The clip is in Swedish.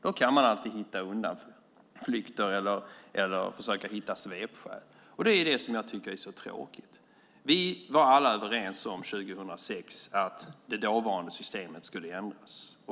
Då kan man alltid hitta undanflykter eller svepskäl. Det är det jag tycker är så tråkigt. År 2006 var vi alla överens om att det dåvarande systemet skulle ändras.